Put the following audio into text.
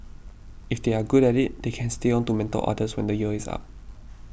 if they are good at it they can stay on to mentor others when the year is up